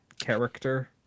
character